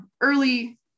early